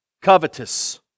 Covetous